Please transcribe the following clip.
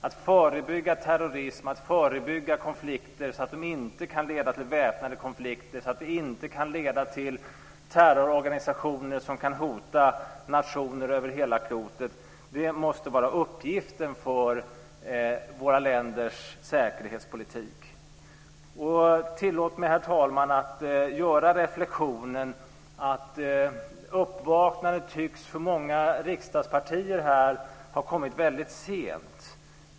Att förebygga terrorism och att förebygga konflikter så att de inte kan leda till väpnade konflikter och så att de inte kan leda till terrororganisationer som kan hota nationer över hela klotet: det måste vara uppgiften för våra länders säkerhetspolitik. Tillåt mig, herr talman, att göra reflexionen att uppvaknandet för många riksdagspartier här tycks ha kommit väldigt sent.